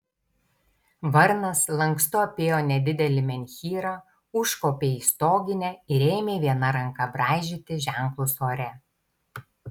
varnas lankstu apėjo nedidelį menhyrą užkopė į stoginę ir ėmė viena ranka braižyti ženklus ore